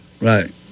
Right